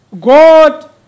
God